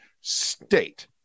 state